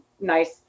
nice